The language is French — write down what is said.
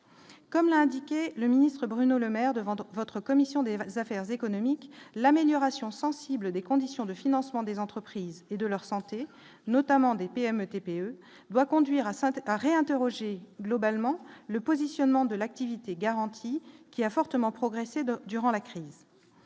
comme l'a indiqué le ministre Bruno Le Maire de vendre votre commission des vagues affaires économiques l'amélioration sensible des conditions de financement des entreprises et de leur santé, notamment des PME et TPE doit conduire à Saintes à réinterroger globalement le positionnement de l'activité garanti qui a fortement progressé de durant la crise,